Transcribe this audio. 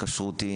הכשרותי